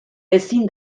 ezin